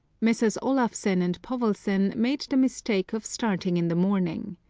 messrs. olafsen and povelsen made the mistake of starting in the morning.